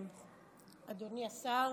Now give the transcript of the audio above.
אדוני השר,